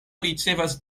ricevas